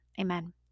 Amen